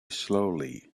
slowly